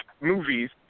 movies